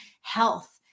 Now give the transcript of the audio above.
health